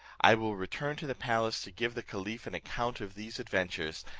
i will return to the palace to give the caliph an account of these adventures,